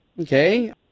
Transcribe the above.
Okay